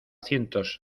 cientos